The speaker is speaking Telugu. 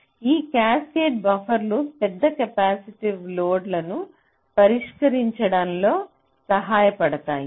కాబట్టి ఈ క్యాస్కేడ్ బఫర్లు పెద్ద కెపాసిటివ్ లోడ్లను పరిష్కరించడంలో సహాయపడతాయి